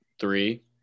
Three